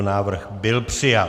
Návrh byl přijat.